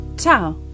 Ciao